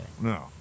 No